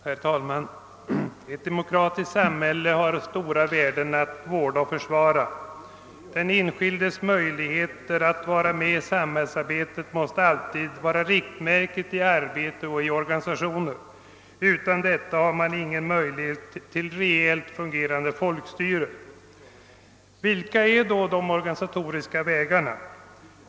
Herr talman! Ett demokratiskt samhälle har stora värden att vårda och försvara. Den enskildes möjligheter att vara med i samhällsarbetet måste alltid vara riktmärket för vårt arbete och för organisationerna. Utan detta har man ingen möjlighet till en reellt fungerande folkstyrelse. Vilka är då de organisatoriska vägarna?